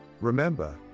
Remember